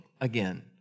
again